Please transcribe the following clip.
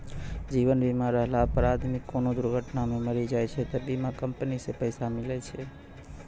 जीवन बीमा रहला पर आदमी कोनो दुर्घटना मे मरी जाय छै त बीमा कम्पनी से पैसा मिले छै